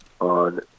on